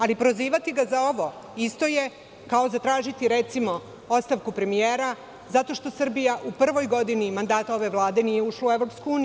Ali, prozivati ga za ovo, isto je kao zatražiti, recimo, ostavku premijera zato što Srbija u prvoj godini mandata ove vlade nije ušla u EU.